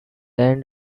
end